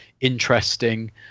interesting